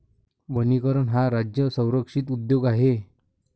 वनीकरण हा राज्य संरक्षित उद्योग आहे